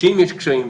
שאם יש קשיים,